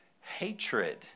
hatred